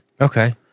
Okay